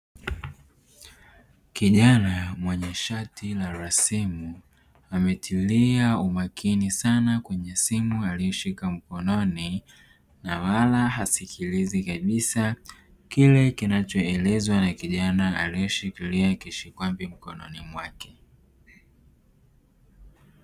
Kijana mwenye shati la rasimu ametilia umakini sana kwenye simu aliyoshika mkononi na wala hasikilizi kabisa kile kinachoelezwa na kijana aliyeshikilia kishikwambi mkononi mwake.